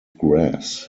grass